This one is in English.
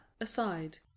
Aside